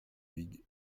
huyghe